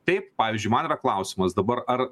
taip pavyzdžiui man yra klausimas dabar ar